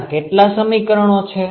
ત્યાં કેટલા સમીકરણો છે